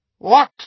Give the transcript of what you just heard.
What